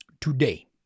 today